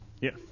Yes